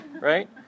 right